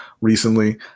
recently